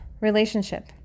relationship